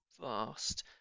vast